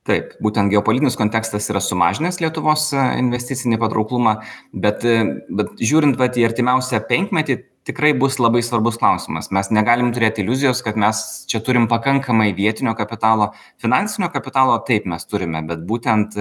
taip būtent geopolitinis kontekstas yra sumažinęs lietuvos investicinį patrauklumą bet bet žiūrint vat į artimiausią penkmetį tikrai bus labai svarbus klausimas mes negalim turėti iliuzijos kad mes čia turim pakankamai vietinio kapitalo finansinio kapitalo taip mes turime bet būtent